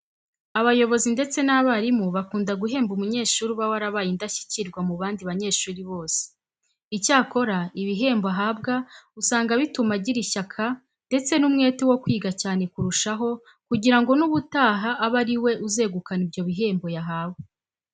Abayobozi ndetse n'abarimu bakunda guhemba umunyeshuri uba warabaye indashyikirwa mu bandi banyeshuri bose. Icyakora ibihembo ahabwa usanga bituma agira ishyaka ndetse n'umwete wo kwiga cyane kurushaho kugira ngo n'ubutaha abe ari we uzegukana ibyo bihembo yahawe.